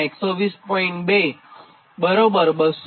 2 208